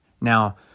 Now